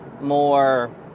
more